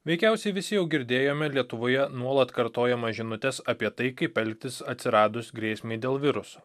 veikiausiai visi girdėjome lietuvoje nuolat kartojamas žinutes apie tai kaip elgtis atsiradus grėsmei dėl virusų